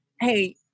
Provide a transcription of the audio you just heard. Hey